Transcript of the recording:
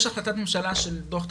יש החלטת ממשלה של "דוח טרכטנברג"